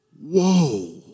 whoa